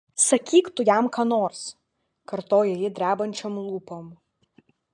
sakyk tu jam ką nors kartoja ji drebančiom lūpom